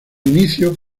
inicios